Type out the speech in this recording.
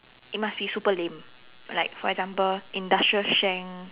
it must be super lame like for example industrial strength